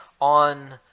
on